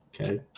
Okay